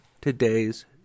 today's